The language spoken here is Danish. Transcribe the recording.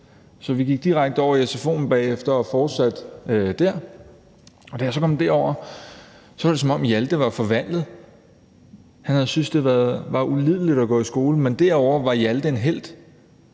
så vi gik direkte over i sfo'en bagefter og fortsatte der, og da jeg så kom derover, var det, som om Hjalte var forvandlet. Han havde syntes, det havde været ulideligt at være i skole, men derovre var Hjalte en helt.